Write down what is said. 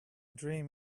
dream